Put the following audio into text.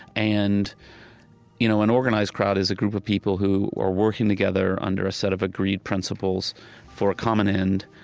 and you know an organized crowd is a group of people who are working together under a set of agreed principles for a common end,